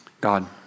God